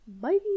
Bye